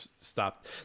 stop